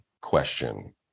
question